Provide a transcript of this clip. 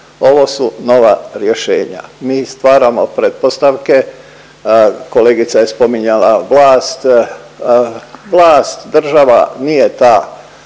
ovo su nova rješenja mi stvaramo pretpostavke, kolegica je spominjala vlast. Vlast, država nije ta